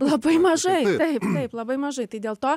labai mažai taip taip labai mažai tai dėl to